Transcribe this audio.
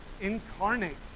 incarnate